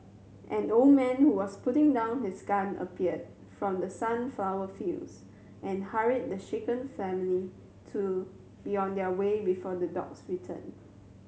an old man who was putting down his gun appeared from the sunflower fields and hurried the shaken family to be on their way before the dogs return